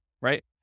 right